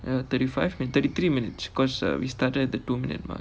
uh thirty five and thirty three minutes because uh we started at the two minute mark